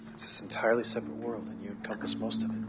it's this entirely separate world and you encompass most of it.